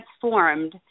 transformed